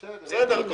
בסדר.